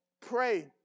Pray